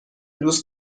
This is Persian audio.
دوست